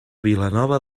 vilanova